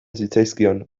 zitzaizkion